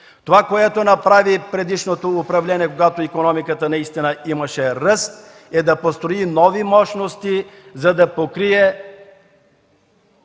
Това, което направи предишното управление, когато икономиката наистина имаше ръст, е да построи нови мощности, за да покрие